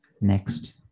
next